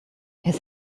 his